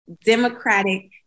democratic